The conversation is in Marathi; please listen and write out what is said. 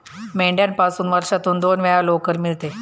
मेंढ्यापासून वर्षातून दोन वेळा लोकर मिळते